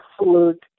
absolute